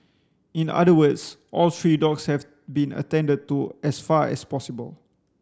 in other words all three dogs have been attended to as far as possible